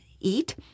eat